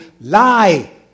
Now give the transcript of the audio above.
lie